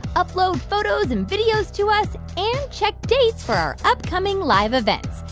upload photos and videos to us and check dates for our upcoming live events.